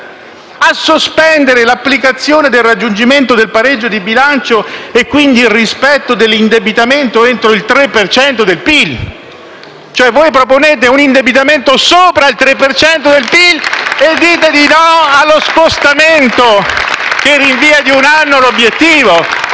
a sospendere l'applicazione del raggiungimento del pareggio di bilancio e quindi il rispetto dell'indebitamento entro il 3 per cento del PIL», cioè voi proponete un indebitamento sopra il 3 per cento del PIL e dite di no allo scostamento che rinvia di un anno l'obiettivo?